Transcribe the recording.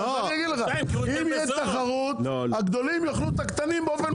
אם תהיה תחרות הגדולים יאכלו את הקטנים.